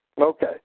Okay